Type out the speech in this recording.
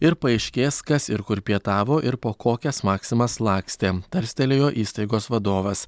ir paaiškės kas ir kur pietavo ir po kokias maksimas lakstė tarstelėjo įstaigos vadovas